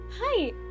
Hi